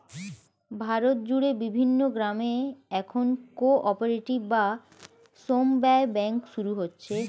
ভারত জুড়ে বিভিন্ন গ্রামে এখন কো অপারেটিভ বা সমব্যায় ব্যাঙ্ক শুরু হচ্ছে